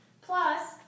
Plus